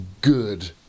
good